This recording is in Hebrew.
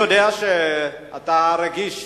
אני יודע שאתה רגיש